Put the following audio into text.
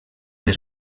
les